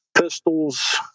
pistols